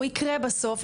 הוא יקרה בסוף,